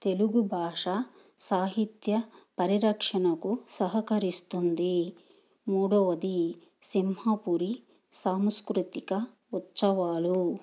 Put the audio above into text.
తెలుగు భాష సాహిత్య పరిరక్షణకు సహకరిస్తుంది మూడోవది సింహాపూరి సాంస్కృతిక ఉత్సవాలు